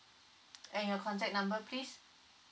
and your contact number please